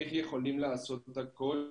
איך יכולים לעשות את הכול,